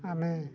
ଆମେ